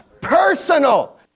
Personal